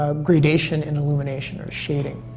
ah gradation in illumination, or shading,